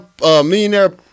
millionaire